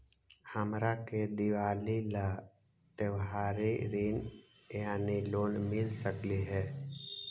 हमरा के दिवाली ला त्योहारी ऋण यानी लोन मिल सकली हे?